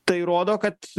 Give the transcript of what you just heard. tai rodo kad